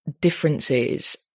differences